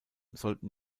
sollten